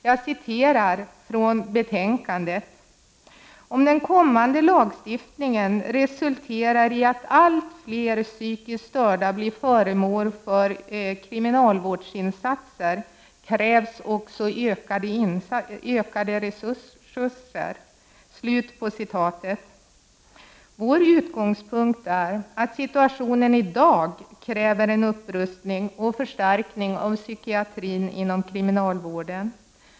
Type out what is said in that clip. Jag citerar från betänkandet: ”Om den kommande lagstiftningen resulterar i att allt fler psykiskt störda lagöverträdare blir föremål för kriminalvårdsinsatser, krävs också ökade resurser.” Vår utgångspunkt är att situationen i dag kräver en upprustning och förstärkning av psykiatrin inom kriminalvården.